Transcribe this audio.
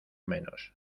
menos